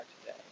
today